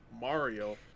Mario